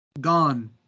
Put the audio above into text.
Gone